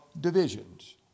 divisions